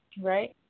Right